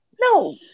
No